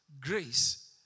grace